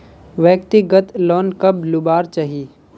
व्यक्तिगत लोन कब लुबार चही?